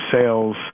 sales